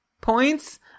points